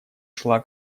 шла